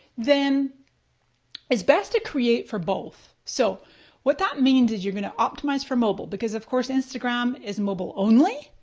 then it's best to create for both. so what that means is you're gonna optimize for mobile. because of course, instagram is mobile only.